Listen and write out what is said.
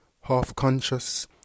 half-conscious